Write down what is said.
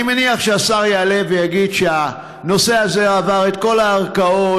אני מניח שהשר יעלה ויגיד שהנושא הזה עבר את כל הערכאות,